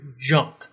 junk